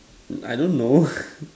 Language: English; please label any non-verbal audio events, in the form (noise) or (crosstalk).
I don't know (noise)